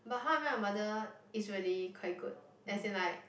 but How-I-Met-Your-Mother is really quite good as in like